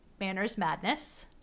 mannersmadness